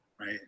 right